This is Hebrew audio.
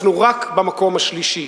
אנחנו רק במקום השלישי.